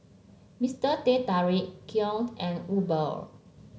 Mister Teh Tarik Kiehl and Uber